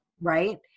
Right